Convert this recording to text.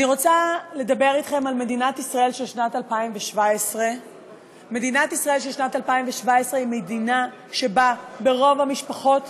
אני רוצה לדבר אתכם על מדינת ישראל של שנת 2017. מדינת ישראל של שנת 2017 היא מדינה שבה ברוב המשפחות